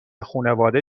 خونواده